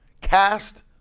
cast